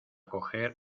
coger